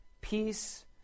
Peace